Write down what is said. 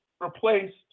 replaced